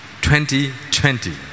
2020